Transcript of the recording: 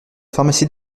pharmacie